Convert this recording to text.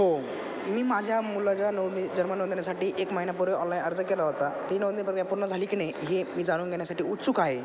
हो मी माझ्या मुलाच्या नोंदणी जन्म नोंदणीसाठी एक महिन्या पूर्वी ऑलाईन अर्ज केला होता ती नोंदणी प्रक्रिया पूर्ण झाली की नाही हे मी जाणून घेण्यासाठी उत्सुक आहे